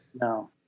no